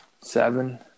Seven